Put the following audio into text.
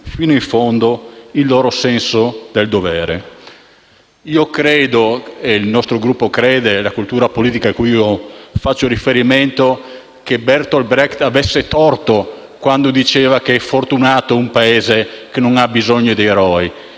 fino in fondo il loro senso del dovere. Personalmente credo, in linea con il nostro Gruppo e la cultura politica cui faccio riferimento, che Bertolt Brecht avesse torto quando diceva che è fortunato un Paese che non ha bisogno di eroi.